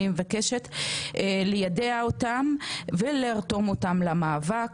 אני מבקשת ליידע אותם ולרתום אותם למאבק,